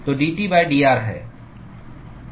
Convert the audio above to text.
तो dT dr है